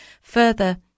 further